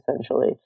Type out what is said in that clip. essentially